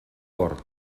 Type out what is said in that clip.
hort